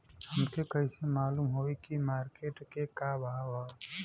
हमके कइसे मालूम होई की मार्केट के का भाव ह?